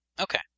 Okay